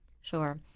Sure